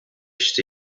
phd